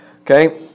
Okay